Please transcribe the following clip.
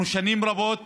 אנחנו שנים רבות